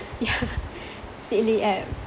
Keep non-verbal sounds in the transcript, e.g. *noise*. yeah *laughs* seedly app